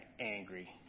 angry